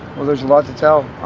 well there's a lot to tell.